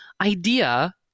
idea